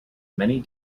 many